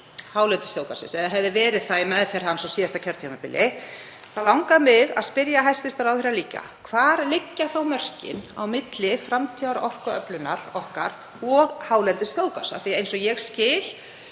hálendisþjóðgarðsins eða hefði verið það í meðferð hans á síðasta kjörtímabili, langar mig að spyrja hæstv. ráðherra: Hvar liggja þá mörkin á milli framtíðarorkuöflunar okkar og hálendisþjóðgarðs? Eins og ég skil